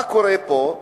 מה קורה פה?